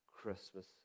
Christmas